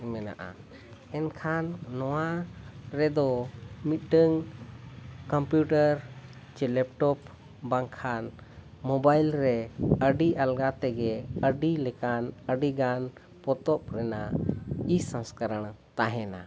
ᱢᱮᱱᱟᱜᱼᱟ ᱮᱱᱠᱷᱟᱱ ᱱᱚᱶᱟ ᱨᱮᱫᱚ ᱢᱤᱫᱴᱟᱝ ᱠᱚᱢᱯᱤᱭᱩᱴᱟᱨ ᱪᱮ ᱞᱮᱯᱴᱚᱯ ᱵᱟᱝᱠᱷᱟᱱ ᱢᱚᱵᱟᱭᱤᱞ ᱨᱮ ᱟᱹᱰᱤ ᱟᱞᱜᱟ ᱛᱮᱜᱮ ᱟᱹᱰᱤ ᱞᱮᱠᱟᱱ ᱟᱹᱰᱤᱜᱟᱱ ᱯᱚᱛᱚᱵ ᱨᱮᱱᱟᱜ ᱤᱼᱥᱚᱝᱥᱠᱟᱨ ᱛᱟᱦᱮᱱᱟ